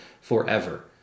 forever